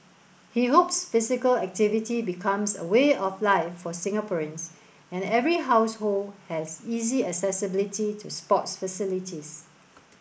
he hopes physical activity becomes a way of life for Singaporeans and every household has easy accessibility to sports facilities